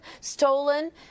stolen